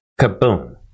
Kaboom